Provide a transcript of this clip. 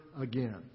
again